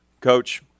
Coach